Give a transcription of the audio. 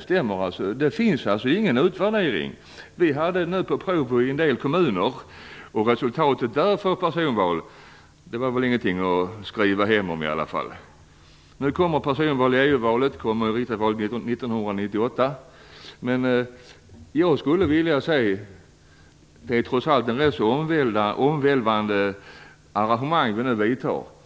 stämmer. Det finns ingen utvärdering! Vi hade ett system med personval på prov i en del kommuner vid valet 1994. Resultatet var väl inte direkt något att skriva hem om. Nu kommer personval vid EU-valet 1998. Det är trots allt ett mycket omvälvande arrangemang vi nu vidtar.